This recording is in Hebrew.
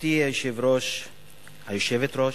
גברתי היושבת-ראש,